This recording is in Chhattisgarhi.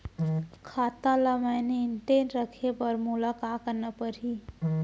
खाता ल मेनटेन रखे बर मोला का करना पड़ही?